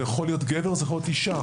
וזה יכול להיות גבר וזאת יכולה להיות אישה,